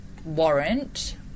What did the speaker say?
warrant